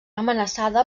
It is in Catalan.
amenaçada